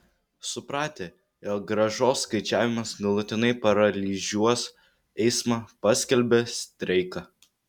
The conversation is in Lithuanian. supratę jog grąžos skaičiavimas galutinai paralyžiuos eismą paskelbė streiką